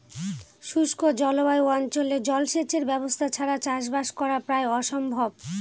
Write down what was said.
শুষ্ক জলবায়ু অঞ্চলে জলসেচের ব্যবস্থা ছাড়া চাষবাস করা প্রায় অসম্ভব